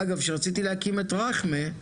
אגב, כשרציתי להקים את רכמה,